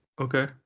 Okay